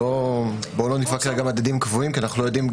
שלא נתווכח על מדדים קבועים כי אנחנו לא יודעים.